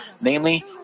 Namely